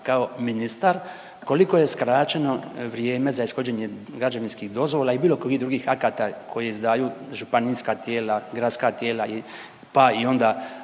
kao ministar koliko je skraćeno vrijeme za ishođenje građevinskih dozvola i bilo kojih drugih akata koje izdaju županijska tijela, gradska tijela pa i onda